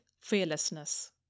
fearlessness